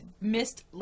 missed